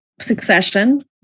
succession